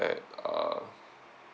Shangri La at uh